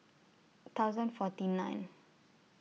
thousand forty nine